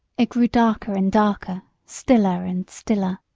it grew darker and darker, stiller and stiller.